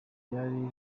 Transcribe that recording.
ryari